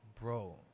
bro